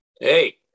hey